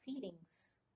feelings